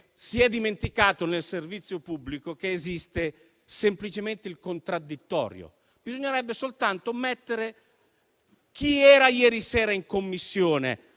si è dimenticato che nel servizio pubblico esiste semplicemente il contraddittorio. Bisognerebbe soltanto mettere chi era ieri sera in Commissione